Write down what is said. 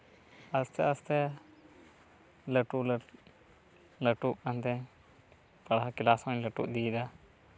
ᱟᱥᱛᱮ ᱟᱥᱛᱮ ᱞᱟᱹᱴᱩ ᱞᱟᱹᱴᱩᱜ ᱠᱟᱱᱛᱮ ᱯᱟᱲᱦᱟᱣ ᱠᱞᱟᱥ ᱦᱚᱧ ᱞᱟᱹᱴᱩ ᱤᱫᱤᱭᱮᱫᱟ